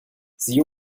sie